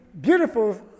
beautiful